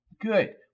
Good